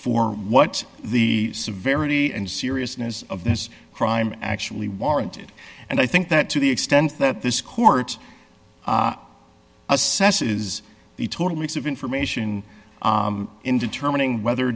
for what the severity and seriousness of this crime actually warranted and i think that to the extent that this court assesses the total mix of information in determining whether